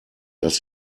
dass